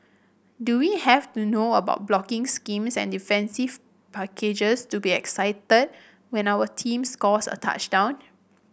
do we have to know about blocking schemes and defensive packages to be excited when our team scores a touchdown